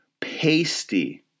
pasty